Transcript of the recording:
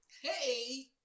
Hey